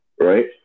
right